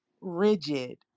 rigid